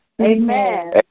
Amen